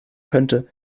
könnte